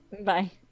Bye